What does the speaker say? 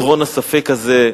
לפתרון הספק הזה,